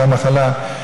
אותה מחלה.